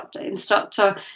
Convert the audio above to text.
instructor